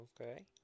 Okay